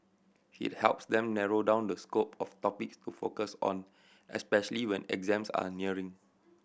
it helps them narrow down the scope of topics to focus on especially when exams are nearing